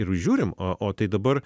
ir žiūrim o o tai dabar